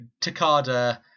Takada